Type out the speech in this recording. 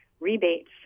Rebates